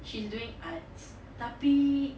she doing arts tapi